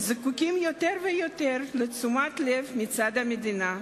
זקוקים יותר ויותר לתשומת לב מצד המדינה.